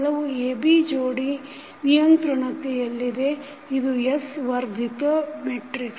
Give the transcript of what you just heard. ಕೆಲವು AB ಜೋಡಿ ನಿಯಂತ್ರಣತೆಯಲ್ಲಿದೆ ಇದು S ವರ್ಧಿತ ಮೆಟ್ರಿಕ್ಸ